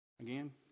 Again